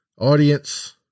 audience